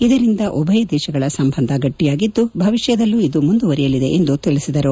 ಇದರಿಂದ ಉಭಯ ದೇಶಗಳ ಸಂಬಂಧ ಗಟ್ಟಿಯಾಗಿದ್ದು ಭವಿಷ್ಯದಲ್ಲೂ ಇದು ಮುಂದುವರಿಯಲಿದೆ ಎಂದು ತಿಳಿಸಿದರು